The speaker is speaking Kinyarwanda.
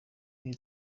iri